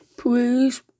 Please